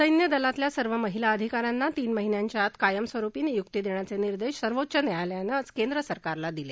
सैन्यदलातल्या सर्व महिला अधिकाऱ्यांना तीन महिन्याच्या आत कायम स्वरुपी निय्क्ती देण्याचे निर्देश सर्वोच्च न्यायालयानं आज केंद्र सरकारला दिले